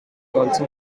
also